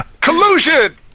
Collusion